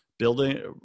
building